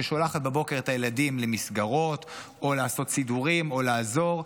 ששולחת בבוקר את הילדים למסגרת או לעשות סידורים או לעזור,